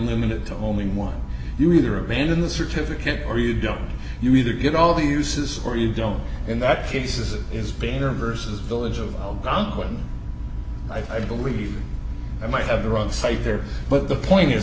limited to only one you either abandon the certificate or you don't you either get all the uses or you don't in that case as it is being or versus village of algonquin i believe i might have the wrong site there but the point is